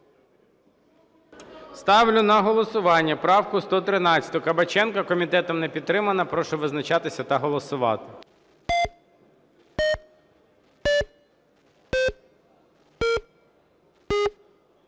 Ставлю на голосування правку 113 Кабаченка. Комітетом не підтримана. Прошу визначатися та голосувати.